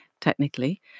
technically